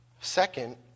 Second